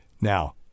Now